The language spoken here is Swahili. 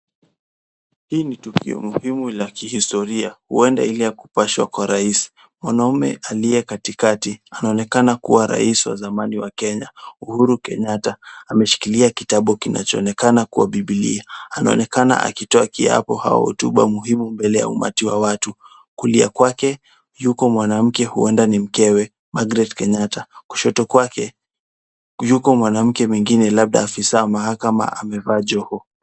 Hii ni tukio muhumu la kihistoria huenda ile ya kupashwa kwa Rais. Mwanaume aliyekatikati anaonekana kuwa Rais wa zamani wa Kenya Uhuru Kenyatta ameshikilia kitabu kinachoonekana kuwa bibilia, anaonekana akitoa kiapo au hotuba muhimu mbele ya umati wa watu. Kulia kwake yuko mwanamke huenda ni mkewe Margaret Kenyatta, kushoto kwake yuko mwanamke mwingine labda afisa mahakama amevaa joho.